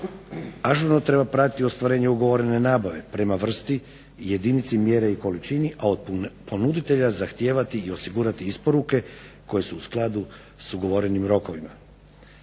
Ažurno treba pratiti ostvarenje ugovorne nabave prema vrsti i jedinici mjere i količini a od ponuditelja zahtijevati i osigurati isporuke koje su u skladu sa ugovorenim rokovima.